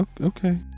okay